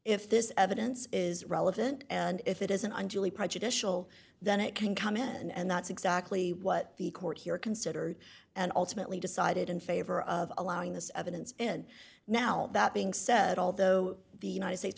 if this evidence is relevant and if it isn't on julie prejudicial then it can come in and that's exactly what the court here considered and ultimately decided in favor of allowing this evidence in now that being said although the united states